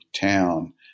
town